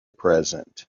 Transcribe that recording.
present